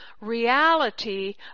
reality